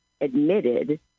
admitted